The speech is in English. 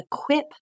equip